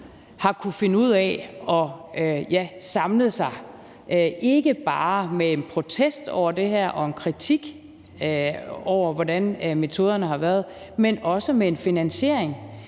har kunnet finde ud af at samle sig, ikke bare om en protest over det her og en kritik af, hvordan metoderne har været, men også om en finansiering.